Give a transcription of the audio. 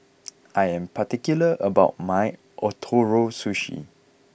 I am particular about my Ootoro Sushi